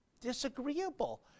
disagreeable